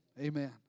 Amen